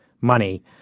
money